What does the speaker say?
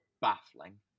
baffling